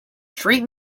treat